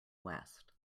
west